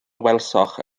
welsoch